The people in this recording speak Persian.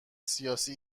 سیاسی